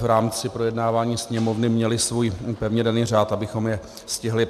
v rámci projednávání Sněmovny měly svůj pevně daný řád, abychom je stihli.